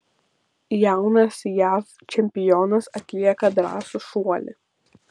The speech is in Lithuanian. jaunas jav čempionas atlieka drąsų šuolį